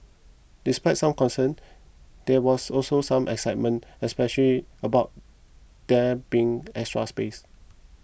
despite some concerns there was also some excitement especially about there being extra space